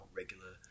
regular